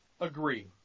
agree